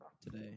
today